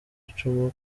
icumu